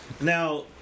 Now